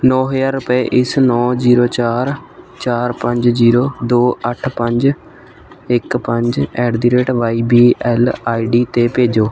ਨੌ ਹਜ਼ਾਰ ਰੁਪਏ ਇਸ ਨੌ ਜ਼ੀਰੋ ਚਾਰ ਚਾਰ ਪੰਜ ਜ਼ੀਰੋ ਦੋ ਅੱਠ ਪੰਜ ਇੱਕ ਪੰਜ ਐਟ ਦੀ rate Y B L I D 'ਤੇ ਭੇਜੋ